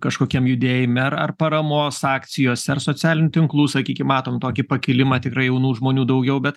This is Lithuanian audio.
kažkokiam judėjime ar ar paramos akcijose ar socialinių tinklų sakykim matom tokį pakilimą tikrai jaunų žmonių daugiau bet